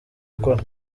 akora